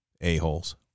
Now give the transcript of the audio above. a-holes